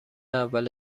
اول